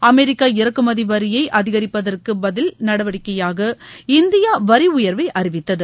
America இறக்குமதி வரியை அதிகரித்திருப்பதற்கு பதில் நடவடிக்கையாக இந்தியா வரி உயர்வை அறிவித்தது